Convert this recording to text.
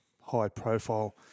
high-profile